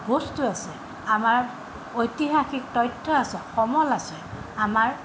বস্তুটো আছে আমাৰ ঐতিহাসিক তথ্য আছে সমল আছে আমাৰ